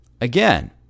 again